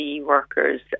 workers